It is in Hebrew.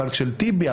הבנק של טיבי,